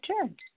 turn